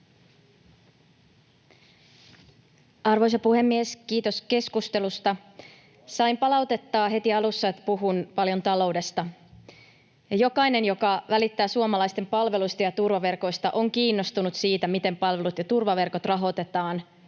Arvoisa puhemies! Kiitos keskustelusta. — Sain palautetta heti alussa, että puhun paljon taloudesta. Jokainen, joka välittää suomalaisten palveluista ja turvaverkoista, on kiinnostunut siitä, miten palvelut ja turvaverkot rahoitetaan,